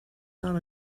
not